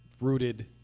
rooted